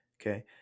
okay